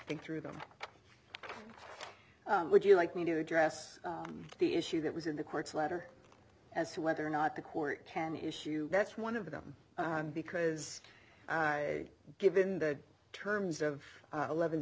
us think through them would you like me to address the issue that was in the court's letter as to whether or not the court can issue that's one of them because i given the terms of eleven